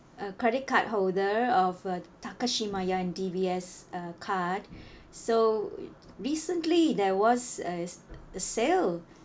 a credit card holder of uh Takashimaya and D_B_S uh card so recently there was a a sale